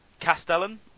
Castellan